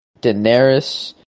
Daenerys